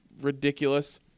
ridiculous